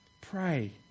pray